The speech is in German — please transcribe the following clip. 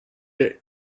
der